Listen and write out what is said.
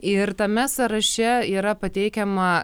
ir tame sąraše yra pateikiama